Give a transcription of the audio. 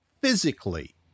physically